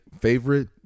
favorite